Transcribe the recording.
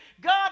God